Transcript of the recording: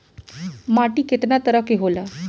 माटी केतना तरह के होला?